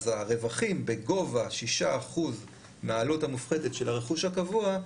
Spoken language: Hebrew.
אז הרווחים בגובה 6% מהעלות המופחתת של הרכוש הקבוע,